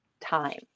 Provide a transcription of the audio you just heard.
time